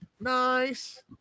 Nice